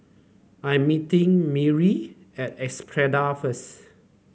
I am meeting Maury at Espada first